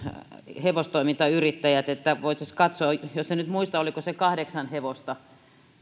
hevostoimintayrittäjät että voitaisiin katsoa tämä en nyt muista oliko se rajoitus kahdeksan hevosta